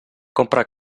compra